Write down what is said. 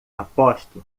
aposto